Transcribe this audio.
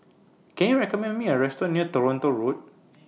Can YOU recommend Me A Restaurant near Toronto Road